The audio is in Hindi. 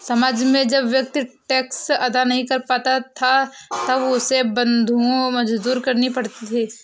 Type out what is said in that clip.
समाज में जब व्यक्ति टैक्स अदा नहीं कर पाता था तब उसे बंधुआ मजदूरी करनी पड़ती थी